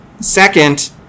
second